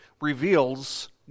reveals